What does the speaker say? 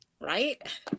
right